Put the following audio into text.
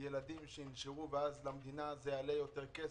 ילדים ינשרו ואז למדינה זה יעלה יותר כסף,